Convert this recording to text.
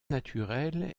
naturel